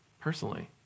personally